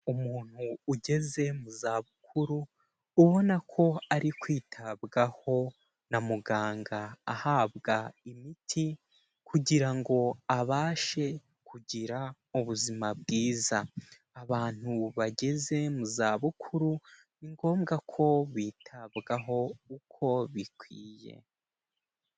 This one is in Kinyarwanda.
Umuntu ugeze mu za bukuru ubona ko ari kwitabwaho na muganga ahabwa imiti kugira ngo abashe kugira ubuzima bwiza, abantu bageze mu zabukuru ni ngombwa ko bitabwaho uko bikwiye.